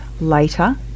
later